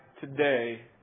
today